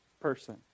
person